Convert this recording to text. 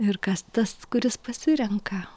ir kas tas kuris pasirenka